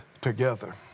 together